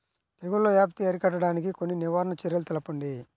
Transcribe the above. తెగుళ్ల వ్యాప్తి అరికట్టడానికి కొన్ని నివారణ చర్యలు తెలుపండి?